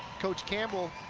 coach campbell,